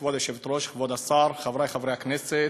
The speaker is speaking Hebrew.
כבוד היושבת-ראש, כבוד השר, חברי חברי הכנסת,